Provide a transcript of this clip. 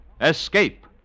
Escape